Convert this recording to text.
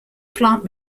plant